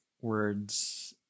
words